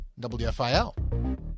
WFIL